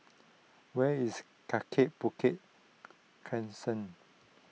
where is Kaki Bukit Crescent